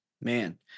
man